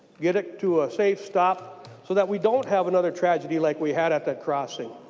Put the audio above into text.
get it to a safe stop so that we don't have another tragedy like we had at the crossing.